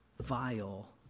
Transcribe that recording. vile